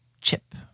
chip